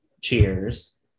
Cheers